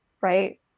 Right